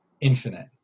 infinite